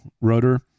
rotor